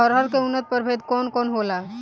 अरहर के उन्नत प्रभेद कौन कौनहोला?